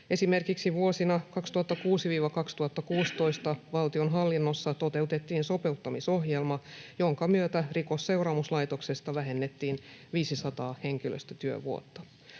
Esimerkiksi vuosina 2006–2016 valtionhallinnossa toteutettiin sopeuttamisohjelma, jonka myötä Rikosseuraamuslaitoksesta vähennettiin 500 henkilöstötyövuotta.